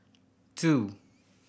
two